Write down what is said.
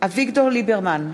אביגדור ליברמן,